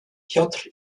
piotr